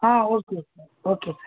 ah okay sir okay sir